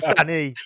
Danny